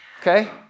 Okay